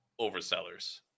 oversellers